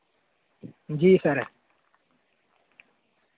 जी sir